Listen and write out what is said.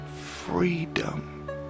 freedom